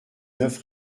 neuf